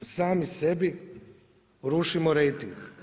Sami sebi rušimo rejting.